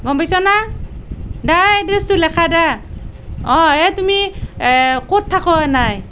গম পাইছ নে দে এড্ৰেছটো লেখা দে অঁ এই তুমি ক'ত থাকা ইনেই